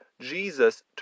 Jesus